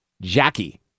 Jackie